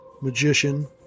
magician